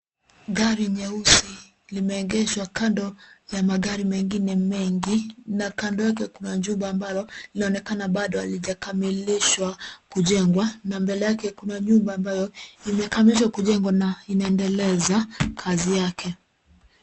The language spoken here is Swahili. Gari nyeusi limeegeshwa kando ya magari mengine mengi na kando yake kuna jumba ambalo linaonekana bado halijakamilishwa kujengwa na mbele yake kuna nyumba ambayo imekamilishwa kujengwa na inaendeleza kazi yake.